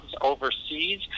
overseas